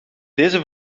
deze